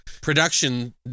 production